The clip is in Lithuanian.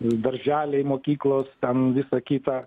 darželiai mokyklos ten visa kita